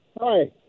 Hi